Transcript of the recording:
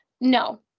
no